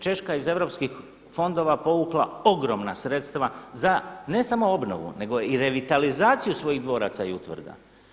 Češka je iz europskih fondova povukla ogromna sredstva za ne samo obnovu nego i revitalizaciju svojih dvoraca i utvrda.